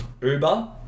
uber